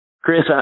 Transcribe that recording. Chris